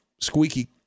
squeaky